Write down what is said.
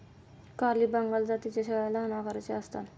काली बंगाल जातीच्या शेळ्या लहान आकाराच्या असतात